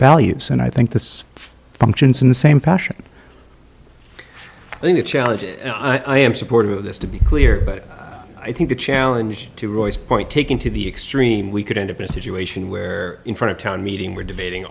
values and i think this functions in the same passion in the challenge i am supportive of this to be clear but i think the challenge to roy's point taking to the extreme we could end up in a situation where in front of town meeting we're debating